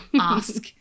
ask